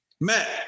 Matt